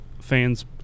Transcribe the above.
fans